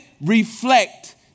reflect